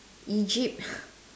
Egypt